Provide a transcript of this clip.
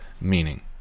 meaning